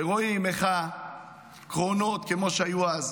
שרואים איך הקרונות, כמו שהיו אז,